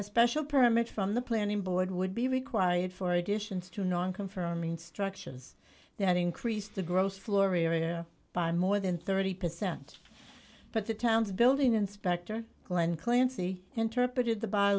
a special permit from the planning board would be required for additions to non confirm instructions that increase the gross floria by more than thirty percent but the town's building inspector glen clancy interpreted the by